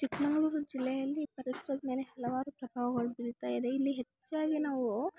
ಚಿಕ್ಕಮಗ್ಳೂರು ಜಿಲ್ಲೆಯಲ್ಲಿ ಪರಿಸರದ ಮೇಲೆ ಹಲವಾರು ಪ್ರಭಾವಗಳ್ ಬಿಳ್ತಾ ಇದೆ ಇಲ್ಲಿ ಹೆಚ್ಚಾಗಿ ನಾವೂ